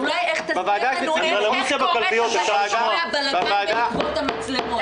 אולי תסביר לנו איך קורה הבלגן בעקבות המצלמות?